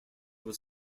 was